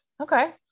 Okay